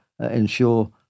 ensure